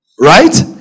Right